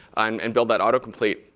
um and build that autocomplete.